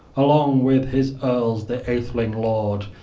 along with his earls the atheling lord,